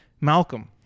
Malcolm